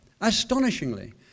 astonishingly